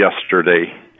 yesterday